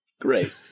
Great